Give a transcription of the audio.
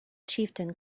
chieftain